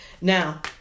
Now